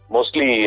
Mostly